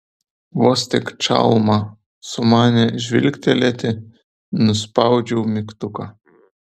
vos tik čalma sumanė žvilgtelėti nuspaudžiau mygtuką